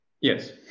Yes